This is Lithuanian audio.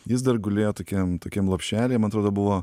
jis dar gulėjo tokiam tokiam lopšelyje man atrodo buvo